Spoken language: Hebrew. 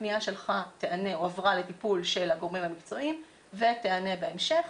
הפנייה שלך הועברה לטיפול של הגורמים המקצועיים ותיענה בהמשך.